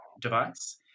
device